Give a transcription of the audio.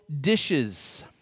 dishes